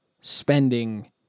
spending